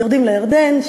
יורדים לירדן,